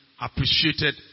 appreciated